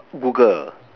Google